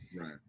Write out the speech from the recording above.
Right